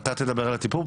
--- אתה תדבר על הטיפול?